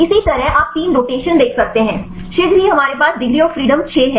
इसी तरह आप 3 रोटेशन देख सकते हैं शीघ्र ही हमारे पास डिग्री ऑफ़ फ्रीडम 6 है